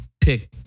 pick